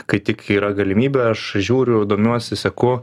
kai tik yra galimybė aš žiūriu domiuosi seku